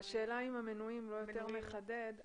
השאלה אם ה"מנויים" לא יותר מחדד.